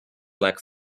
lack